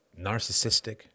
Narcissistic